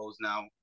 now